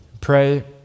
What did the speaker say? Pray